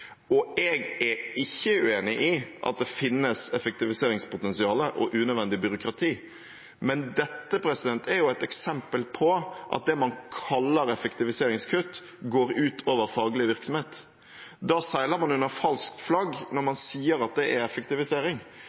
sektor. Jeg er ikke uenig i at det finnes effektiviseringspotensial og unødvendig byråkrati, men dette er et eksempel på at det man kaller effektiviseringskutt, går ut over faglig virksomhet. Man seiler under falskt flagg når man sier at det er effektivisering.